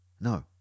No